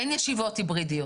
אין ישיבות היברידיות.